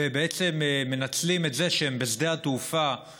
ובעצם מנצלים את זה שהם בשדה התעופה,